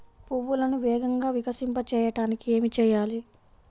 పువ్వులను వేగంగా వికసింపచేయటానికి ఏమి చేయాలి?